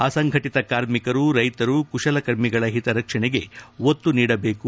ಅಸಂಘಟತ ಕಾರ್ಮಿಕರು ರೈತರು ಕುಶಲಕರ್ಮಿಗಳ ಹಿತರಕ್ಷಣೆಗೆ ಒತ್ತು ನೀಡಬೇಕು